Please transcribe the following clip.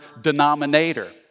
denominator